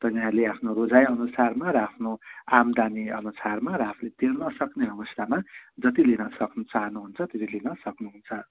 त यहाँले आफ्नो रोजाइअनुसारमा र आफ्नो आम्दामीअनुसारमा र आफूले तिर्न सक्नेअनुसारमा जति लिनसक्नु चाहनुहुन्छ त्यति लिन सक्नुहुन्छ